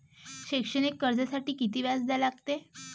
शैक्षणिक कर्जासाठी किती व्याज द्या लागते?